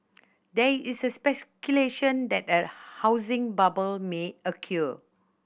there is speculation that a housing bubble may